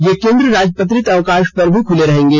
ये केंद्र राजपत्रित अवकाश पर भी खुले रहेंगे